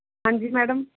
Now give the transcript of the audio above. ਹਾਂਜੀ ਮੈਡਮ